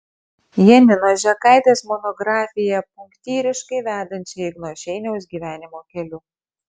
janinos žekaitės monografiją punktyriškai vedančią igno šeiniaus gyvenimo keliu